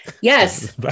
yes